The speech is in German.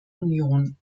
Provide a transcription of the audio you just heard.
union